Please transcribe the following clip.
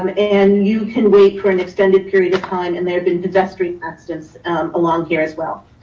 um and you can wait for an extended period of time. and there've been pedestrian accidents along here as well.